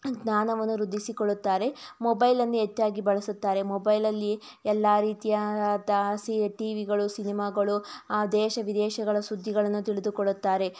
ಜ್ಞಾನವನ್ನು ವೃದ್ಧಿಸಿಕೊಳ್ಳುತ್ತಾರೆ ಮೊಬೈಲನ್ನೇ ಹೆಚ್ಚಾಗಿ ಬಳಸುತ್ತಾರೆ ಮೊಬೈಲಲ್ಲಿ ಎಲ್ಲ ರೀತಿಯಾದ ಸಿ ಟಿ ವಿಗಳು ಸಿನಿಮಾಗಳು ಆ ದೇಶ ವಿದೇಶಗಳ ಸುದ್ದಿಗಳನ್ನು ತಿಳಿದುಕೊಳ್ಳುತ್ತಾರೆ